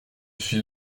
suis